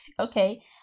Okay